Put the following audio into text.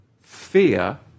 fear